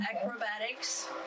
acrobatics